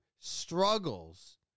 struggles